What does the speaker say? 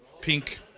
pink